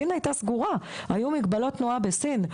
סין הייתה סגורה, היו מגבלות תנועה בסין.